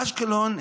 אשקלון,